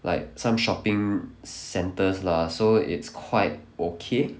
like some shopping centres lah so it's quite okay